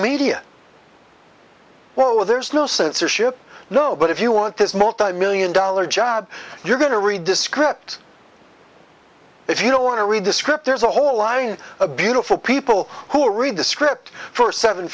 where there's no censorship no but if you want this multimillion dollar job you're going to read this script if you don't want to read the script there's a whole line a beautiful people who read the script for seven